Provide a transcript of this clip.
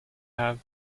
have